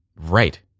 Right